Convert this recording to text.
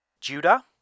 Judah